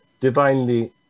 divinely